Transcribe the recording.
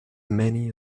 many